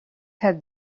have